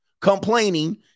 complaining